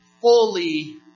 fully